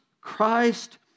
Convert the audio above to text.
Christ